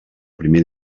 primer